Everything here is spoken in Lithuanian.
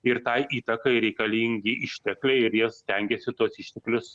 ir tai įtakai reikalingi ištekliai ir jie stengiasi tuos išteklius